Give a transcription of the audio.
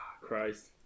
Christ